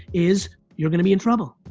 is you're gonna be in trouble.